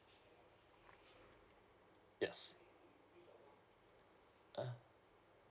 yes uh